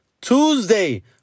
Tuesday